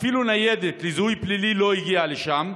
שאפילו ניידת לזיהוי פלילי לא הגיעה לשם.